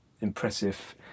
impressive